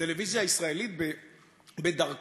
שהטלוויזיה הישראלית בדרכה,